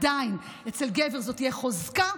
עדיין אצל גבר זאת תהיה חוזקה,